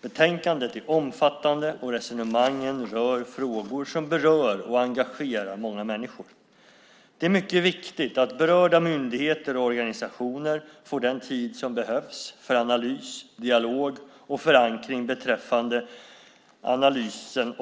Betänkandet är omfattande, och resonemangen rör frågor som berör och engagerar många människor. Det är mycket viktigt att berörda myndigheter och organisationer får den tid som behövs för analys, dialog och förankring beträffande analysen